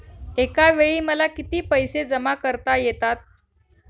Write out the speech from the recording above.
एकावेळी मला किती पैसे जमा करता येतात?